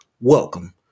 Welcome